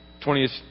20th